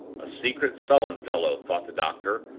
a secret, sullen fellow, thought the doctor,